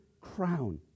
crown